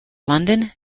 london